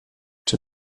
czy